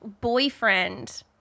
boyfriend